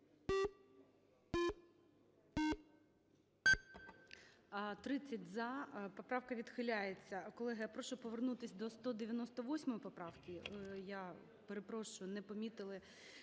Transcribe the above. За-30 Поправка відхиляється. Колеги, я прошу повернутись до 198 поправки. Я перепрошую, не помітили,